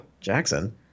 Jackson